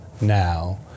now